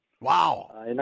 Wow